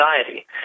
society